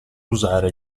usare